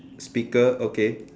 speaker okay